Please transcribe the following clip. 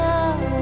Now